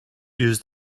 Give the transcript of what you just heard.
used